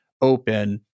open